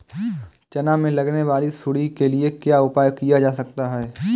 चना में लगने वाली सुंडी के लिए क्या उपाय किया जा सकता है?